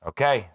Okay